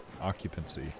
occupancy